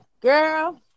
Girl